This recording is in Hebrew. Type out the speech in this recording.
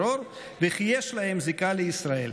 וכי יש להם זיקה לישראל.